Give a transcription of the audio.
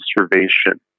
observation